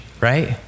right